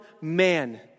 man